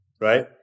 right